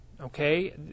okay